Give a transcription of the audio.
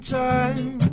time